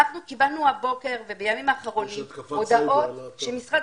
אנחנו קיבלנו הבוקר ובימים האחרונים הודעה שמשרד